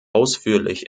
ausführlich